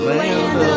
land